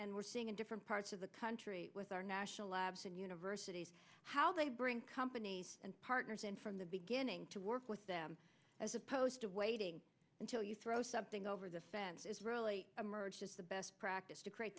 and we're seeing in different parts of the country with our national labs and universities how they bring companies and partners and from the beginning to work with them as opposed to waiting until you throw something over the fence is really emerged as the best practice to create